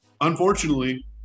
Unfortunately